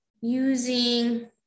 using